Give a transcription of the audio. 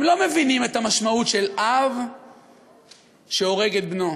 הם לא מבינים את המשמעות של אב שהורג את בנו.